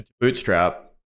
bootstrap